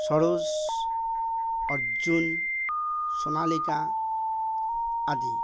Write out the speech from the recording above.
সৰোজ অৰ্জূন সোণালীকা আদি